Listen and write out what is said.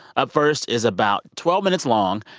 up first is about twelve minutes long.